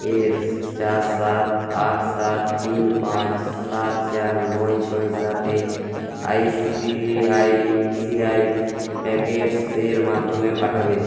এর চার সাত আট সাত তিন পাঁচ সাত চার নয় ছয় সাতে I C I C I packets এর মাধ্যমে পাঠাবে